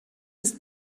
ist